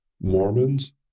Mormons